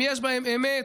אם יש בהן אמת,